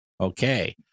Okay